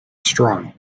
strong